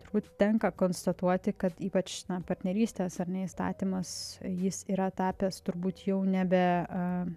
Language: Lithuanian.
turbūt tenka konstatuoti kad ypač na partnerystės ar ne įstatymas jis yra tapęs turbūt jau nebe